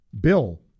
Bill